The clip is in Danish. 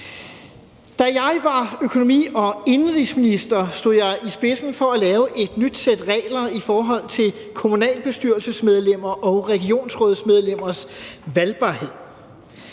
Da jeg var økonomi- og indenrigsminister, stod jeg i spidsen for at lave et nyt sæt regler i forhold til kommunalbestyrelsesmedlemmer og regionsrådsmedlemmers valgbarhed.